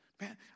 Man